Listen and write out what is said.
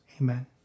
amen